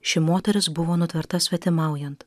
ši moteris buvo nutverta svetimaujant